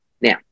Now